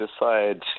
decide